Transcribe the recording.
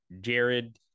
Jared